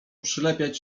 przylepiać